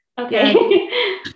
Okay